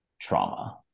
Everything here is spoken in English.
trauma